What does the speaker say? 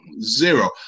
zero